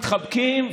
מתחבקים?